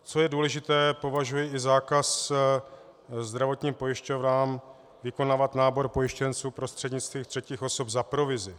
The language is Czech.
Co je důležité považuji i zákaz zdravotním pojišťovnám vykonávat nábor pojištěnců prostřednictvím třetích osob za provizi.